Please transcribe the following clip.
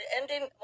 ending